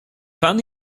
pan